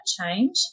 change